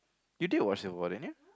you did watch civil-war didn't you